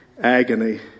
Agony